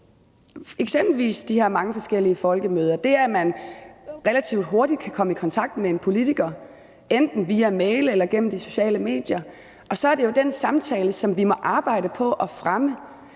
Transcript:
eksempelvis de her mange forskellige folkemøder og det, at man relativt hurtigt kan komme i kontakt med en politiker enten via e-mail eller gennem de sociale medier. Så er det jo den samtale, som vi må arbejde på at fremme.